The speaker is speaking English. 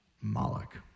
Moloch